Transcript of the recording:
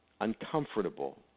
uncomfortable